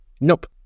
Nope